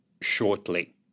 shortly